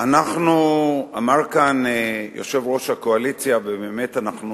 אמר כאן יושב-ראש הקואליציה, ובאמת אנחנו